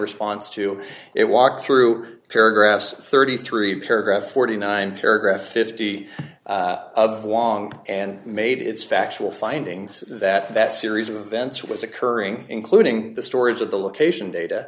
response to it walked through paragraphs thirty three paragraph forty nine paragraph fifty of wang and made its factual findings that that series of events was occurring including the stories of the location data